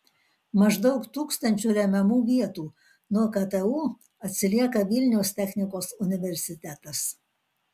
maždaug tūkstančiu remiamų vietų nuo ktu atsilieka vilniaus technikos universitetas